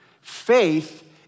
Faith